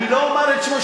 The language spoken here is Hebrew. אני לא אומר את שמו,